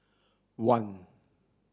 one